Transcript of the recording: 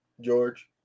George